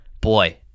boy